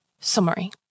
summary